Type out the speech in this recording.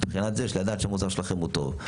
מבחינה זה של לדעת שהמוצר שלכם הוא טוב.